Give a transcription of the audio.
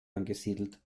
angesiedelt